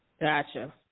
Gotcha